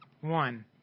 one